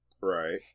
Right